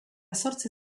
zortzi